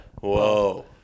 Whoa